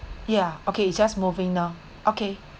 ya okay it's just moving now okay